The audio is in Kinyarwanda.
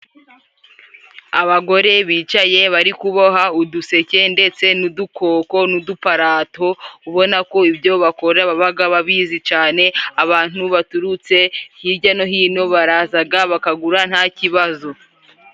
Abagore bicaye bari kuboha uduseke ndetse n'udukoko n'uduparato, ubona ko ibyo bakora babaga babizi cane, abantu baturutse hirya no hino barazaga bakagura nta kibazo.